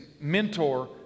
mentor